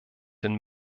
den